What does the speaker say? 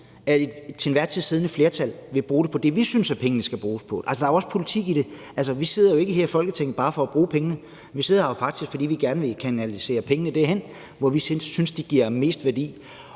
det til enhver tid siddende flertal vil bruge det på det, vi synes pengene skal bruges på. Der er også politik i det – altså, vi sidder jo ikke her i Folketinget bare for at bruge pengene, vi sidder her faktisk, fordi vi gerne vil kanalisere pengene derhen, hvor vi synes de giver mest værdi.